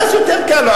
ואז יותר קל לו.